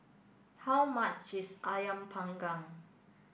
how much is Ayam panggang